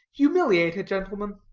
humiliate a gentleman.